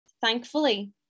thankfully